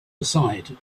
aside